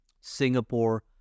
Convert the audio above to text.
Singapore